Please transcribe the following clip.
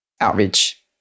outreach